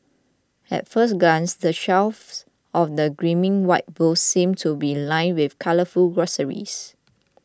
at first glance the shelves of the gleaming white booths seem to be lined with colourful groceries